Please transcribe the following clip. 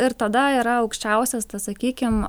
ir tada yra aukščiausias tas sakykim